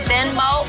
Venmo